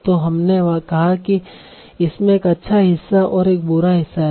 तो हमने कहा कि इसमें एक अच्छा हिस्सा और एक बुरा हिस्सा है